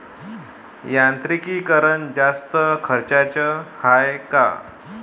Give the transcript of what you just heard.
यांत्रिकीकरण जास्त खर्चाचं हाये का?